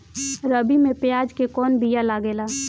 रबी में प्याज के कौन बीया लागेला?